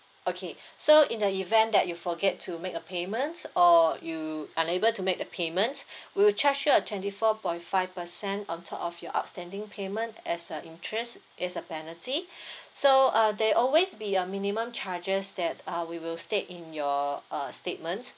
okay so in the event that you forget to make a payment or you unable to make a payment we will charge you a twenty four point five percent on top of your outstanding payment as a interest it's a penalty so uh there always be a minimum charges that uh we will state in your uh statement